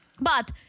But-